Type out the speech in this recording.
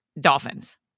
dolphins